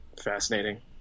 fascinating